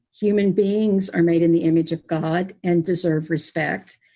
human beings are made in the image of god and deserve respect.